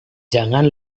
jangan